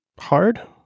hard